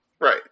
right